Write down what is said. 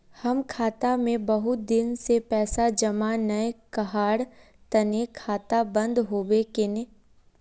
हम खाता में बहुत दिन से पैसा जमा नय कहार तने खाता बंद होबे केने?